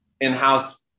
in-house